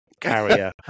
carrier